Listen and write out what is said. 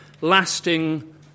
lasting